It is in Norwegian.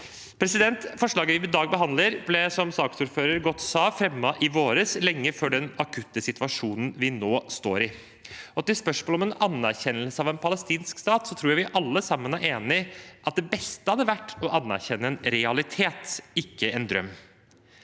terror. Forslaget vi i dag behandler, ble, som saksordføreren godt sa, fremmet i våres, lenge før den akutte situasjonen vi nå står i. Til spørsmålet om en anerkjennelse av en palestinsk stat, tror jeg vi alle sammen er enige i at det beste hadde vært å anerkjenne en realitet, ikke en drøm.